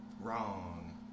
Wrong